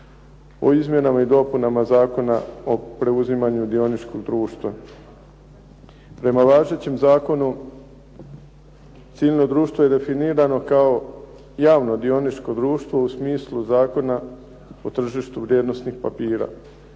o izmjenama i dopunama Zakona o preuzimanju dioničkog društva. Prema važećem zakonu civilno društvo je definirano kao javno dioničko društvo u smislu Zakona o tržištu vrijednosnih papira